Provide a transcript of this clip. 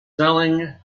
selling